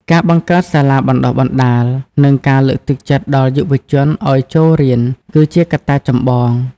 ការបង្កើតសាលាបណ្ដុះបណ្ដាល និងការលើកទឹកចិត្តដល់យុវជនឱ្យចូលរៀនគឺជាកត្តាចម្បង។